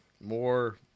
more